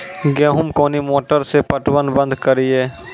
गेहूँ कोनी मोटर से पटवन बंद करिए?